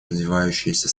развивающиеся